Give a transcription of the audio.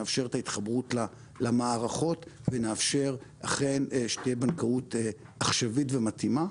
נאפשר את ההתחברות למערכות ונאפשר אכן שתהיה בנקאות עכשווית ומתאימה.